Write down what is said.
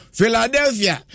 Philadelphia